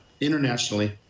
Internationally